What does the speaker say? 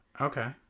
Okay